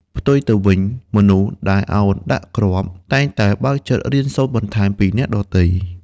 ផ្ទុយទៅវិញ មនុស្សដែលឱនដាក់គ្រាប់ តែងតែបើកចិត្តរៀនសូត្របន្ថែមពីអ្នកដទៃ។